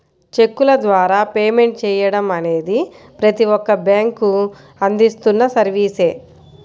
చెక్కుల ద్వారా పేమెంట్ చెయ్యడం అనేది ప్రతి ఒక్క బ్యేంకూ అందిస్తున్న సర్వీసే